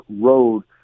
road